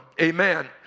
Amen